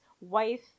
wife